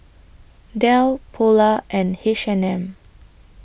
Dell Polar and H and M